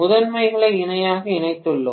முதன்மைகளை இணையாக இணைத்துள்ளேன்